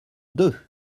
deux